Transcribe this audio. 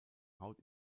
haut